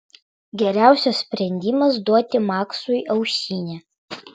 geriausias sprendimas duoti maksui ausinę